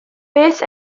beth